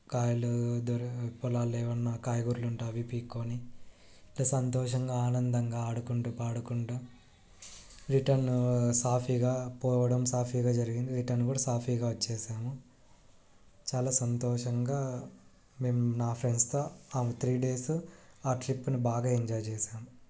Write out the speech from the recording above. కాయలు దొ పొలాల్లో ఏమైనా కాయగూరలు అంటే అవి పీక్కోని ఇలా సంతోషంగా ఆనందంగా ఆడుకుంటూ పాడుకుంటూ రిటను సాఫీగా పోవడం సాఫీగా జరిగింది రిటర్న్ కూడా సాఫీగా వచ్చేసాము చాలా సంతోషంగా మేము నా ఫ్రెండ్స్తో ఆ త్రీ డేసు ఆ ట్రిప్ని బాగా ఎంజాయ్ జేసాము